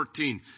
14